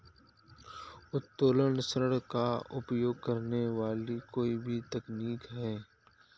उत्तोलन ऋण का उपयोग करने वाली कोई भी तकनीक है